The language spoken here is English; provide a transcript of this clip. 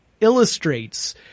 illustrates